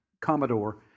Commodore